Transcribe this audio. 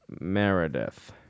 Meredith